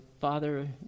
Father